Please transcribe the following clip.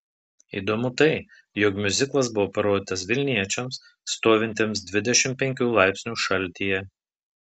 įdomu tai jog miuziklas buvo parodytas vilniečiams stovintiems dvidešimt penkių laipsnių šaltyje